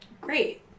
great